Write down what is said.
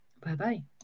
bye-bye